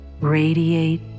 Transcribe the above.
radiate